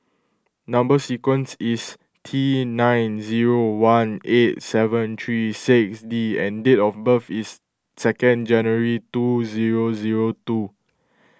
Number Sequence is T nine zero one eight seven three six D and date of birth is second January two zero zero two